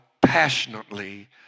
passionately